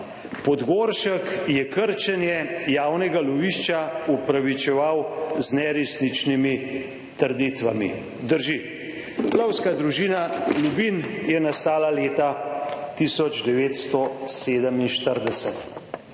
Podgoršek je krčenje javnega lovišča opravičeval z neresničnimi trditvami. Drži, Lovska družina Lubinj je nastala leta 1947.